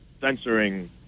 censoring